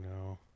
no